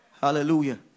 Hallelujah